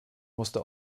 musste